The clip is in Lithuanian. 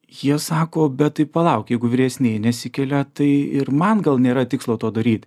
jie sako bet tai palauk jeigu vyresnieji nesikelia tai ir man gal nėra tikslo to daryt